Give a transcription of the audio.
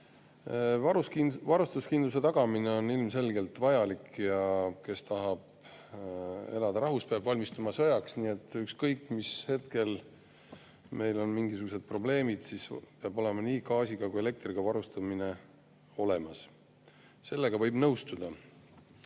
Varustuskindluse tagamine on ilmselgelt vajalik. Kes tahab elada rahus, peab valmistuma sõjaks, nii et ükskõik, mis hetkel meil on mingisugused probleemid, nii gaasiga kui ka elektriga varustamine peab olema [tagatud].